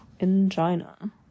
angina